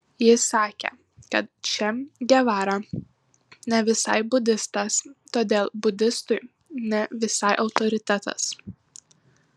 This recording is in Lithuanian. jis sakė kad če gevara ne visai budistas todėl budistui ne visai autoritetas